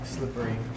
Slippery